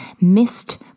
missed